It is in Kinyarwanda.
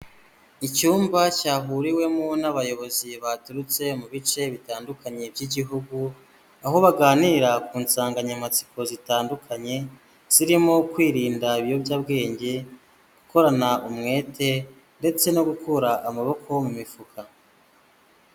Icyumba cyahuriwemo n'abayobozi baturutse mu bice bitandukanye by'igihugu, aho baganira ku nsanganyamatsiko zitandukanye, zirimo kwirinda ibiyobyabwenge, gukorana umwete ndetse no gukura amaboko mu mifuka.